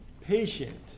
Patient